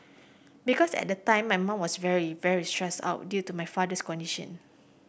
because at the time my mum was very very stressed out due to my father's condition